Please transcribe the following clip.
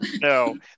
no